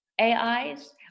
AIs